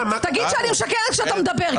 תגיד שאני משקרת כשאתה מדבר.